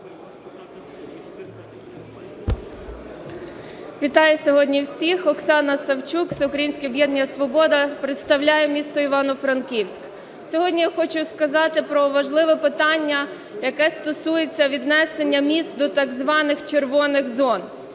Вітаю сьогодні всіх! Оксана Савчук, Всеукраїнське об'єднання "Свобода", представляю місто Івано-Франківськ. Сьогодні хочу сказати про важливе питання, яке стосується віднесення міст до так званих "червоних" зон.